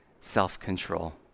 self-control